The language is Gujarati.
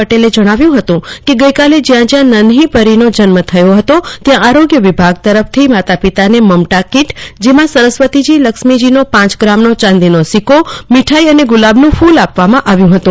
પટેલે જણાવ્યું ફતું કે જ્યાં જ્યાં નન્ફી પરીનો જન્મ થયો હતો ત્યાં આરોગ્ય વિભાગ તરફથી માતા પિતાને મમતા કિટ જેમાં સરસ્વતી લક્ષ્મીનો પાંચ ગ્રામનો ચાંદીનો સિક્કો મીઠાઇ અને ગુલાબનું ફૂલ આપવામાં આવ્યું હતું